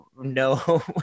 no